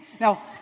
Now